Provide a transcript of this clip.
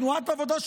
בתנועת העבודה,